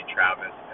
Travis